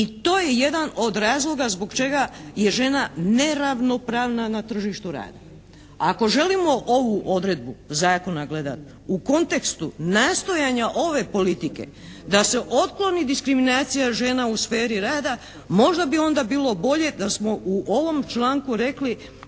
i to je jedan od razloga zbog čega je žena neravnopravna na tržištu rada. A ako želimo ovu odredbu zakona gledati u kontekstu nastojanja ove politike da se otkloni diskriminacija žena u sferi rada, možda bi onda bilo bolje da smo u ovom članku rekli